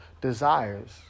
desires